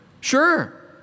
Sure